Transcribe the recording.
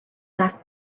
laughed